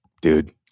dude